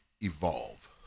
evolve